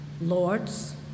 lords